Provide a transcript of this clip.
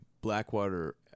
Blackwater –